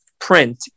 print